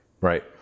right